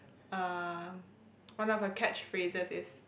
err one of the catch phrases is